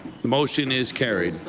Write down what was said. the motion is carried.